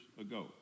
ago